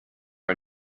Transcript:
are